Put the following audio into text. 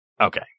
Okay